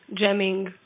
jamming